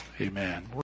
Amen